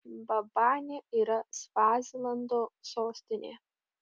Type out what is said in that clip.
mbabanė yra svazilando sostinė